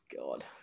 God